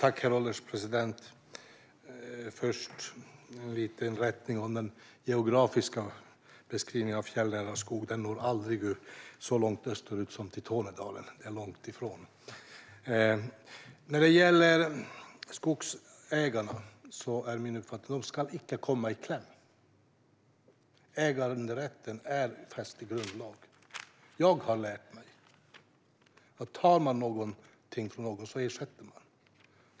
Herr ålderspresident! Först en liten rättelse av den geografiska beskrivningen av fjällnära skog. Den når aldrig så långt österut som till Tornedalen. Det är långt ifrån. När det gäller skogsägarna är min uppfattning att de icke ska komma i kläm. Äganderätten är fäst i grundlag. Jag har lärt mig att om man tar någonting från någon så ersätter man.